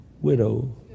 widow